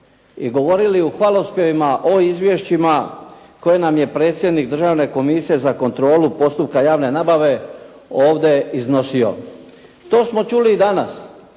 i govorili u hvalospjevima o izvješćima koje nam je predsjednik Državne komisije za kontrolu postupka javne nabave ovdje iznosio. To smo čuli danas.